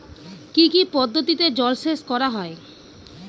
কি কি পদ্ধতিতে জলসেচ করা হয়?